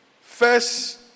First